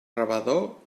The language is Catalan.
rebedor